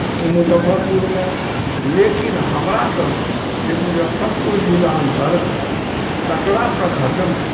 मुजफ्फरपुरमे लेकिन हमरा सबके जे मुजफ्फरपुर जिला अन्तर्गत कटरा प्रखण्डमे